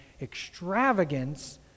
extravagance